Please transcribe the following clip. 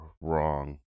wrong